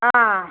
ஆ